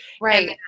Right